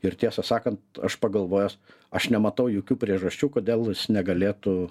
ir tiesą sakant aš pagalvojęs aš nematau jokių priežasčių kodėl jis negalėtų